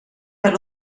per